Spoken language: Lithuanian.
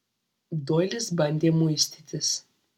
doilis bandė muistytis